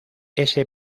ese